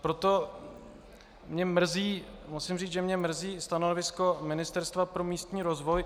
Proto musím říct, že mě mrzí stanovisko Ministerstva pro místní rozvoj.